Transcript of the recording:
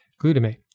glutamate